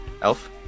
Elf